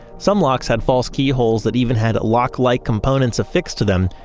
some locks had false keyholes that even had lock-like components affixed to them,